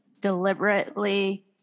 deliberately